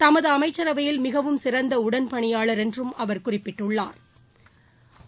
தமது அமைச்சரவையில் மிகவும் சிறந்த உடன் பணியாளா் என்றும் அவா் குறிப்பிட்டுள்ளாா்